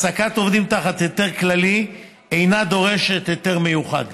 העסקת עובדים תחת היתר כללי אינה דורשת היתר מיוחד.